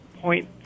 point